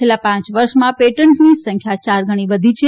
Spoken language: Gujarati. છેલ્લાં પાંચ વર્ષમાં પેટેન્ટની સંખ્યા ચાર ગણી વધી છે